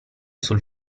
sul